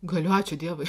galiu ačiū dievui